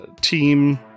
team